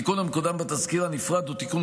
התיקון המקודם בתזכיר הנפרד הוא תיקון